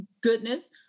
goodness